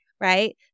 right